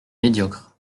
médiocre